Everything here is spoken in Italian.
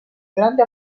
grande